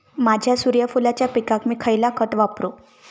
माझ्या सूर्यफुलाच्या पिकाक मी खयला खत वापरू?